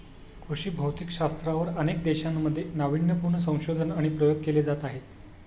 कृषी भौतिकशास्त्रावर अनेक देशांमध्ये नावीन्यपूर्ण संशोधन आणि प्रयोग केले जात आहेत